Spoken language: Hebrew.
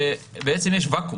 שיש ואקום.